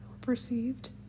perceived